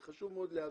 זה חשוב מאוד להבין.